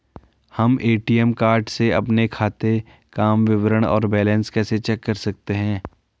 हम ATM card से अपने खाते काम विवरण और बैलेंस कैसे चेक कर सकते हैं?